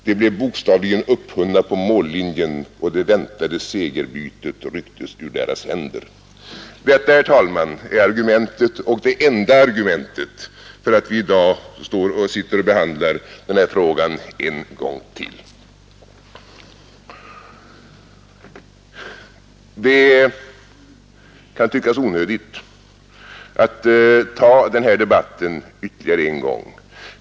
De blev bokstavligen upphunna på mållinjen och det väntade segerbytet rycktes ur deras händer.” Detta, herr talman, är argumentet — och det enda argumentet — för att vi i dag sitter och behandlar den här frågan en gång till. Det kan tyckas onödigt att ta den här debatten ytterligare en gång.